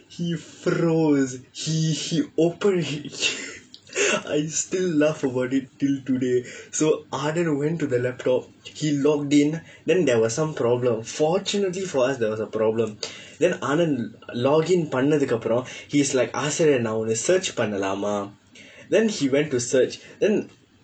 he froze he he open and he I still laugh about it till today so anand went to the laptop he logged in then there was some problem fortunately for us there was a problem then anand login பண்ணதுக்கு அப்புறம்:pannathukku appuram he is like ஆசிரியே நான் ஒன்ன:aasiriyee naan onna search பண்ணலாமா:pannalaamaa then he went to search then